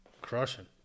crushing